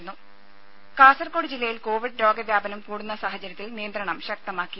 രുമ കാസർകോട് ജില്ലയിൽ കോവിഡ് രോഗവ്യാപനം കൂടുന്ന സാഹചര്യത്തിൽ നിയന്ത്രണം ശക്തമാക്കി